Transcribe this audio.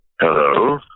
Hello